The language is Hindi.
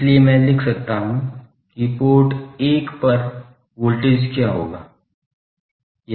इसलिए मैं लिख सकता हूं कि पोर्ट 1 पर वोल्टेज क्या होगा